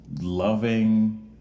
loving